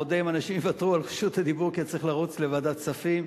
אודה אם אנשים יוותרו על רשות הדיבור כי אני צריך לרוץ לוועדת כספים.